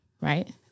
right